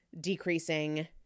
decreasing